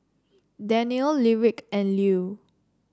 Danniel Lyric and Lue